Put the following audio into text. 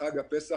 לחג הפסח,